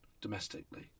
domestically